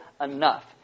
enough